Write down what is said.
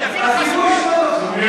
הציבור ישפוט אותך.